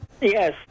Yes